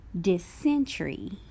dysentery